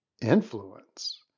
Influence